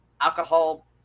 alcohol